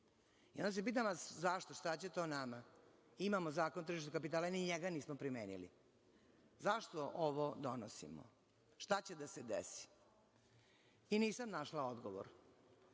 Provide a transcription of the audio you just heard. liči. Onda se pitam zašto, šta će to nama? Imamo Zakon o tržištu kapitala, ni njega nismo primenili. Zašto ovo donosimo? Šta će da se desi? Nisam našla odgovor.